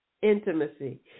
intimacy